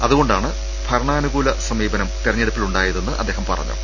അതുകൊ ണ്ടാണ് ഭരണാനുകൂല സമീപനം തെരഞ്ഞെടുപ്പിലുണ്ടായതെന്ന് അദ്ദേഹം പറഞ്ഞു